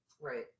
Right